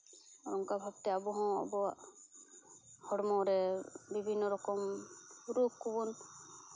ᱚᱝᱠᱟ ᱵᱷᱟᱵ ᱛᱮ ᱟᱵᱚ ᱦᱚᱸ ᱟᱵᱚᱣᱟᱜ ᱦᱚᱲᱢᱚ ᱨᱮ ᱵᱤᱵᱷᱤᱱᱱᱚ ᱨᱚᱠᱚᱢ ᱨᱳᱜᱽ ᱠᱚᱵᱚᱱ